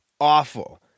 awful